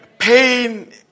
Pain